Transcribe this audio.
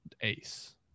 ace